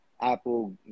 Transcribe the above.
Apple